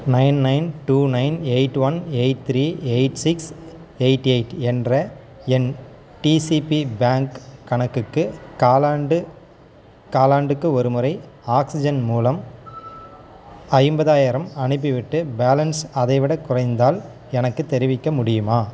nine nine two nine eight one eight three eight six eight eight என்ற என் DCB bank கணக்குக்கு காலாண்டு காலாண்டுக்கு ஒருமுறை ஆக்ஸிஜன் மூலம் ஐம்பதாயிரம் அனுப்பிவிட்டு பேலன்ஸ் அதைவிடக் குறைந்தால் எனக்குத் தெரிவிக்க முடியுமா